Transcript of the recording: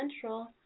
Central